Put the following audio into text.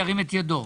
ירים את ידו.